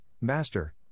Master